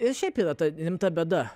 ir šiaip yra ta rimta bėda